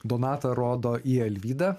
donata rodo į alvydą